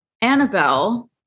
Annabelle